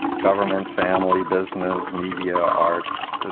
government, family, business, media, arts,